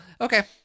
Okay